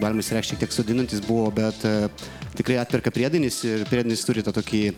baimės reikšti tiek sodinantis buvo bet tikrai atperka priedainis ir priedainis tą turi tokį